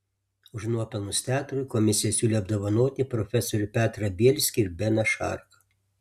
už nuopelnus teatrui komisija siūlė apdovanoti profesorių petrą bielskį ir beną šarką